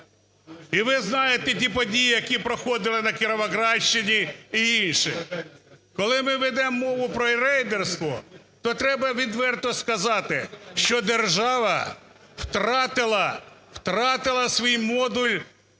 І ви знаєте ті події, які проходили на Кіровоградщині і інших. Коли ми ведемо мову про рейдерство, то треба відверто сказати, що держава втратила – втратила